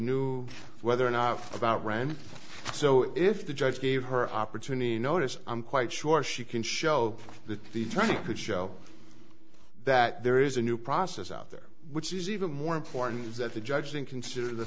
knew whether or not about rand so if the judge gave her opportunity notice i'm quite sure she can show that the trial could show that there is a new process out there which is even more important is that the judge didn't consider the